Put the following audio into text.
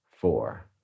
four